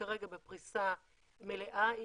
כרגע בפריסה מלאה היא,